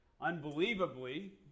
Unbelievably